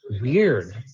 weird